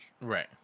Right